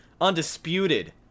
undisputed